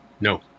No